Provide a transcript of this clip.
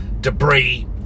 debris